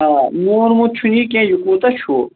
اوا میوٗنہٕ مُت چھُنہٕ یہِ کینہہ یہِ کوٗتاہ چھُ